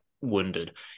wounded